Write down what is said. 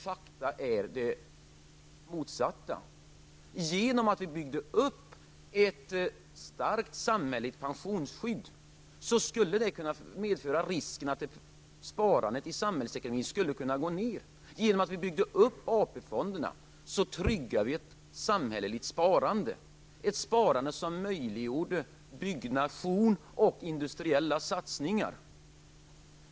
Fakta säger det motsatta. Man vill göra gällande att sparande i samhällsekonomin skulle gå ned genom att vi byggde upp ett starkt samhälleligt pensionsskydd. Men genom att bygga upp AP-fonderna tryggade vi ett samhälleligt sparande. Detta sparande möjliggjorde byggnation och industriella satsningar.